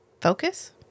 focus